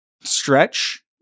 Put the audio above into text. stretch